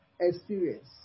experience